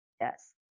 Yes